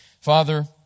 Father